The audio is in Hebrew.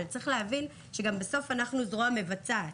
אבל צריך להבין שבסוף אנחנו זרוע מבצעת,